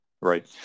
Right